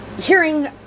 hearing